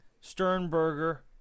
Sternberger